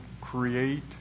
create